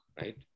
right